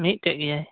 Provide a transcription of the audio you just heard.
ᱢᱤᱫᱴᱮᱡ ᱜᱮ